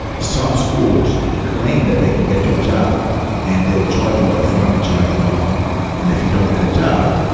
some schools claim that they can get you a job and they will charge you upfront and charge you a loan. and if you don't get a job,